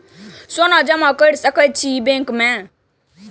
सोना जमा कर सके छी बैंक में?